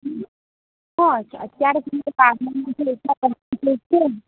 હા અત્યારે જે બારમામાં જેટલા પર્સન્ટેજ છે